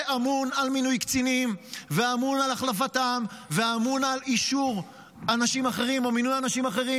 שאמון על מינוי קצינים ואמון על החלפתם ואמון על אישור אנשים אחרים